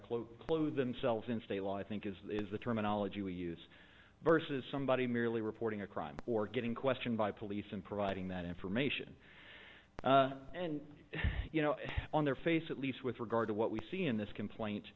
cloak clue themselves in state law i think is the terminology we use versus somebody merely reporting a crime or getting questioned by police and providing that information and you know on their face at least with regard to what we see in this complaint